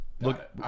Look